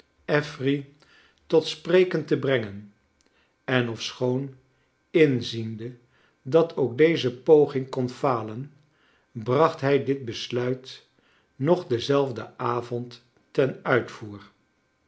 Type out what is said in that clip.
affery toi spreken te brengen en ofschoon inziende dat ook deze poging kon falen bracht hij dit besluit nog denzelfden avond ten uitvoer